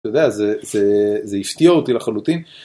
אתה יודע, זה הפתיע אותי לחלוטין.